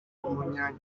umunyana